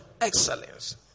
Excellence